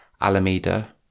Alameda